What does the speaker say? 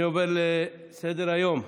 אני עובר להמשך סדר-היום.